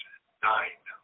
nine